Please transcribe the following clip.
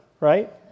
right